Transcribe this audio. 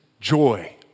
joy